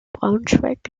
braunschweig